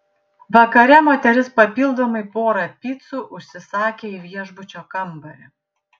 vakare moteris papildomai porą picų užsisakė į viešbučio kambarį